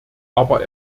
aber